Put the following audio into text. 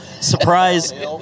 surprise